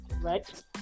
right